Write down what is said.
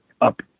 up